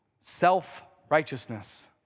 self-righteousness